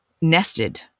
nested